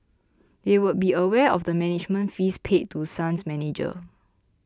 they would be aware of the management fees paid to Sun's manager